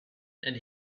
and